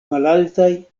malaltaj